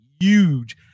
huge